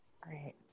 Great